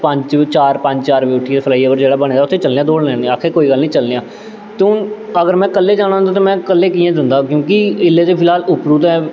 पंज चार पंज चार बजे उट्ठियै फ्लाई ओवर जेह्ड़ा बने दा उत्थै चलने आं दौड़ लाने गी आखा दे कोई गल्ल निं चलने आं ते हून अगर में कल्ले जाना होंदा हा ते में कल्ले कि'यां जंदा क्योंकि इल्लै ते फिलहाल उप्परों ते